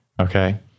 Okay